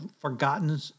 forgotten